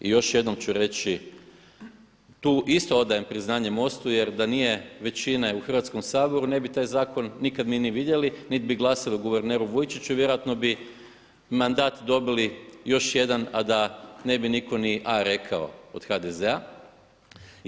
I još jednom ću reći, tu isto odajem priznanje MOST-u jer da nije većine u Hrvatskom saboru ne bi taj zakon nikad mi ni vidjeli niti bi glasali o guverneru Vujčiću, vjerojatno bi mandat dobili još jedan a da ne bi nitko ni A rekao od HDZ-a.